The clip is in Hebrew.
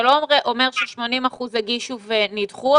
זה לא אומר ש-80 אחוזים הגישו ונדחו.